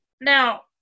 Now